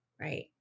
right